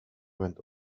went